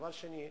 דבר שני,